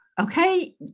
Okay